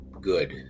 good